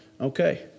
Okay